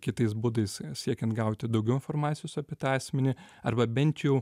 kitais būdais siekiant gauti daugiau informacijos apie tą asmenį arba bent jau